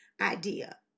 idea